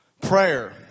Prayer